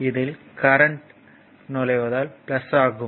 இதில் கரண்ட் நுழைவதால் ஆகும்